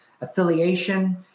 affiliation